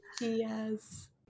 Yes